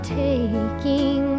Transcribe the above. taking